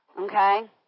Okay